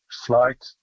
flight